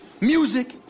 Music